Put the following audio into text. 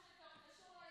היושבת-ראש.